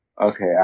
Okay